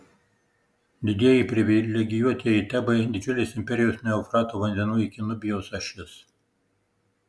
didieji privilegijuotieji tebai didžiulės imperijos nuo eufrato vandenų iki nubijos ašis